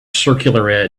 circular